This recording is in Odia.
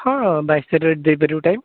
ହଁ ବାଇଶ୍ ତାରିଖରେ ଦେଇପାରିବୁ ଟାଇମ୍